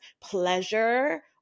Pleasure